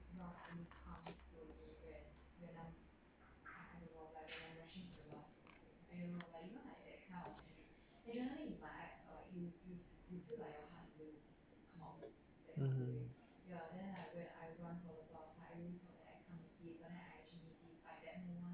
mmhmm